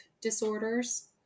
disorders